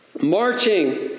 Marching